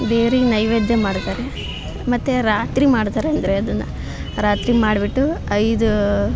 ದೇವ್ರಿಗೆ ನೈವೇದ್ಯ ಮಾಡ್ತಾರೆ ಮತ್ತು ರಾತ್ರಿ ಮಾಡ್ತಾರಂದರೆ ಅದನ್ನು ರಾತ್ರಿ ಮಾಡಿಬಿಟ್ಟು ಐದು